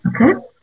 Okay